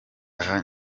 aha